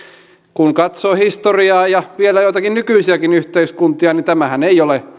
kun katsoo historiaa ja vielä joitakin nykyisiäkin yhteiskuntia niin tämähän ei ole